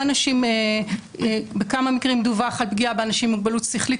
מקרים דווח על פגיעה באנשים עם מוגבלות שכלית,